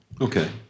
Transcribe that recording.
okay